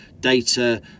data